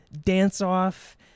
dance-off